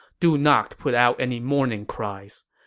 do not put out any mourning cries.